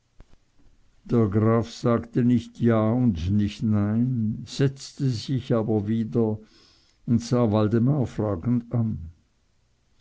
der graf sagte nicht ja und nicht nein setzte sich aber wieder und sah waldemar fragend an